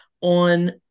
on